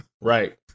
Right